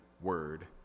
word